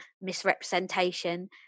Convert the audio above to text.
misrepresentation